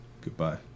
Goodbye